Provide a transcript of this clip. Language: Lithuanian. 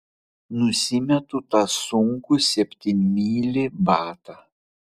nusimetu tą sunkų septynmylį batą